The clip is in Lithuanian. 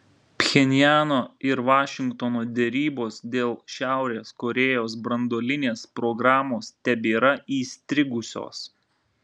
pchenjano ir vašingtono derybos dėl šiaurės korėjos branduolinės programos tebėra įstrigusios